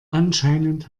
anscheinend